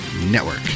network